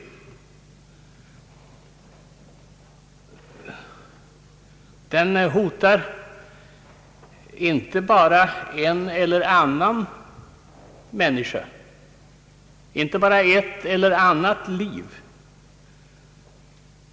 Faran hotar inte bara en eller annan människa, inte bara ett eller annat liv.